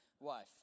wife